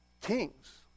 Kings